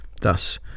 Thus